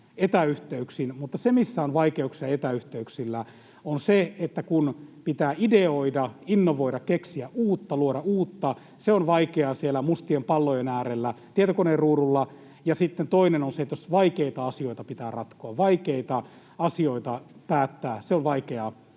etäyhteyksin mutta se, missä on vaikeuksia etäyhteyksillä, on se, kun pitää ideoida, innovoida, keksiä, luoda uutta. Se on vaikeaa siellä mustien pallojen äärellä tietokoneen ruudulla. Ja sitten toinen on se, että jos vaikeita asioita pitää ratkoa, vaikeita asioita päättää, se on vaikeaa